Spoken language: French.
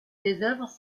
oeuvres